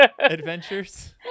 adventures